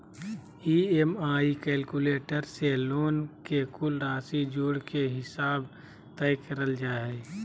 EMI calculator से loan के कुल राशि जोड़ के हिसाब तय करल जा हय